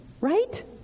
right